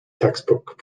textbook